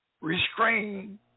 restrained